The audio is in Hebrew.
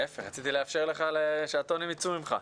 להיפך, רציתי לאפשר לך שהטונים יצאו ממך.